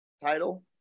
title